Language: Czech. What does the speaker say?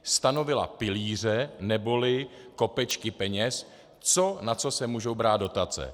Stanovila pilíře neboli kopečky peněz, na co se můžou brát dotace.